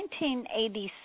1986